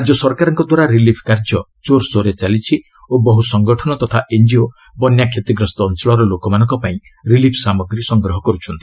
ରାଜ୍ୟ ସରକାରଙ୍କ ଦ୍ୱାରା ରିଲିଫ କାର୍ଯ୍ୟ ଜୋର୍ସୋର୍ରେ ଚାଲିଛି ଓ ବହୁ ସଂଗଠନ ତଥା ଏନ୍ଜିଓ ବନ୍ୟା କ୍ଷତିଗ୍ରସ୍ତ ଅଞ୍ଚଳର ଲୋକମାନଙ୍କ ପାଇଁ ରିଲିଫ ସାମଗ୍ରୀ ସଂଗ୍ରହ କରୁଛନ୍ତି